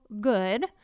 good